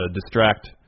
distract